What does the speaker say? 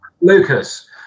Lucas